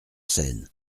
seine